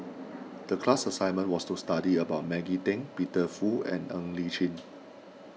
the class assignment was to study about Maggie Teng Peter Fu and Ng Li Chin